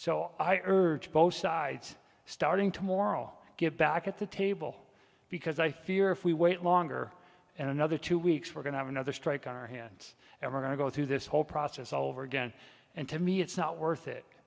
so i urge both sides starting to morrow get back at the table because i fear if we wait longer another two weeks we're going to have another strike on our hands and we're going to go through this whole process all over again and to me it's not worth it